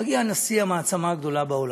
מגיע נשיא המעצמה הגדולה בעולם.